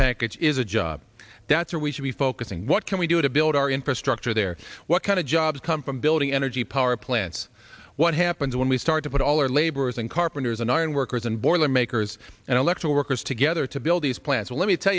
package is a job that's where we should be focusing what can we do to build our infrastructure there what kind of jobs come from building energy power plants what happens when we start to put all our laborers and carpenters and iron workers and boilermakers and electoral workers together to build these plants let me tell